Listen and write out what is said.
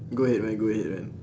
go ahead man go ahead man